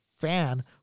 fan